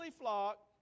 flock